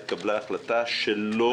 התקבלה החלטה שלא